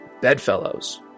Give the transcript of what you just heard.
bedfellows